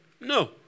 No